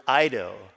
Ido